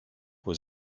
was